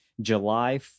July